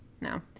No